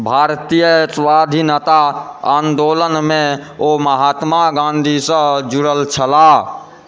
भारतीय स्वाधीनता आन्दोलनमे ओ महात्मा गाँधीसँ जुड़ल छलाह